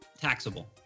taxable